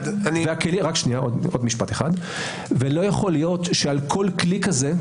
ולא יכול להיות שעל כל כלי כזה-